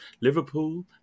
Liverpool